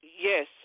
Yes